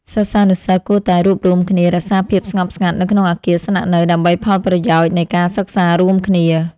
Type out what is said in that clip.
សិស្សានុសិស្សគួរតែរួបរួមគ្នារក្សាភាពស្ងប់ស្ងាត់នៅក្នុងអគារស្នាក់នៅដើម្បីផលប្រយោជន៍នៃការសិក្សារួមគ្នា។